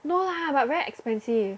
no lah but very expensive